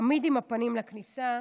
תמיד עם הפנים לכניסה,